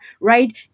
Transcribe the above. right